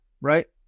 right